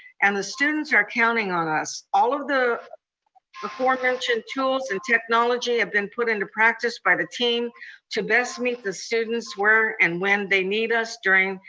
and the students are counting on us. all of the before mentioned tools and technology have been put into practice by the team to best meet the students where and when they need us during,